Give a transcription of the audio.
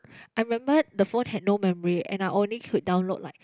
I remember the phone had no memory and I only could download like